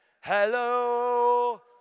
Hello